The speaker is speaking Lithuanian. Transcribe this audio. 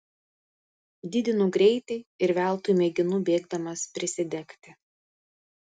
didinu greitį ir veltui mėginu bėgdamas prisidegti